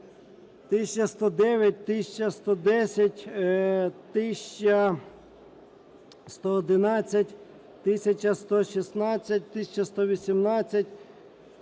1109, 1110, 1111, 1116, 1118,